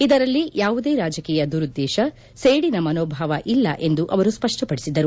ಇದರಲ್ಲಿ ಯಾವುದೇ ರಾಜಕೀಯ ದುರುದ್ದೇತ ಸೇಡಿನ ಮನೋಭಾವ ಇಲ್ಲ ಎಂದು ಅವರು ಸ್ಪಪ್ಪಪಡಿಸಿದರು